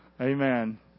Amen